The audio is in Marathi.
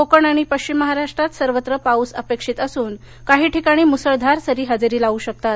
कोकण आणि पश्चिम महाराष्ट्रात सर्वत्र पाऊस अपेक्षित असून काही ठिकाणी मुसळधार सरी हजेरी लावू शकतात